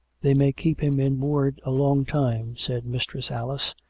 they may keep him in ward a long time, said mistress alice,